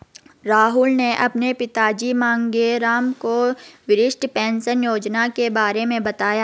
राहुल ने अपने पिताजी मांगेराम को वरिष्ठ पेंशन योजना के बारे में बताया